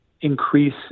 increase